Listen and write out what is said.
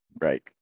Right